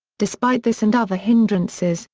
despite this and other hindrances,